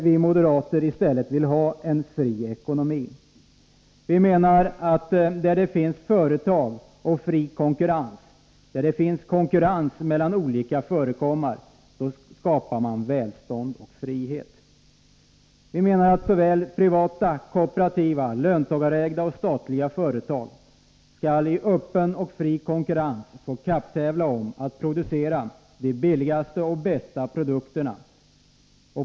Vi moderater vill i stället ha en fri ekonomi. Där det finns företag i fri konkurrens, där det finns konkurrens mellan olika ägandeformer där skapar man välstånd och frihet. Privata, kooperativa, löntagarägda och statliga företag skall i öppen och fri konkurrens få kapptävla om att producera de billigaste och bästa produkterna.